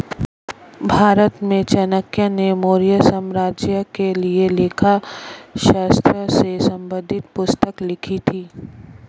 भारत में चाणक्य ने मौर्य साम्राज्य के लिए लेखा शास्त्र से संबंधित पुस्तक लिखी थी